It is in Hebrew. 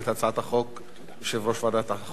יושב-ראש ועדת החוקה, חבר הכנסת רותם.